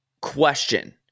question